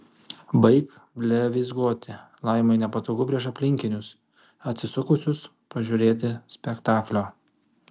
baik blevyzgoti laimai nepatogu prieš aplinkinius atsisukusius pažiūrėti spektaklio